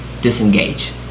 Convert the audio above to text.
Disengage